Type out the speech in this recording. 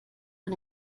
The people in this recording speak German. von